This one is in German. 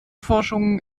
forschungen